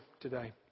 today